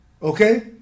Okay